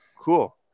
Cool